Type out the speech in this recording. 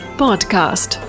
podcast